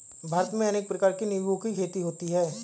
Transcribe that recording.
भारत में अनेक प्रकार के निंबुओं की खेती होती है